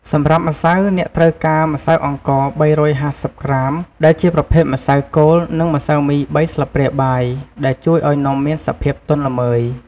សម្រាប់ម្សៅ អ្នកត្រូវការ ម្សៅអង្ករ ៣៥០ ក្រាម ដែលជាប្រភេទម្សៅគោល និង ម្សៅមី ៣ ស្លាបព្រាបាយ ដែលជួយឱ្យនំមានសភាពទន់ល្មើយ។